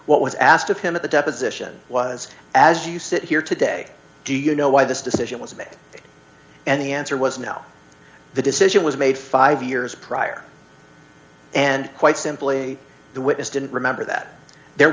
what was asked of him at the deposition was as you sit here today do you know why this decision was made and the answer was no the decision was made five years prior and quite simply the witness didn't remember that there